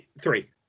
Three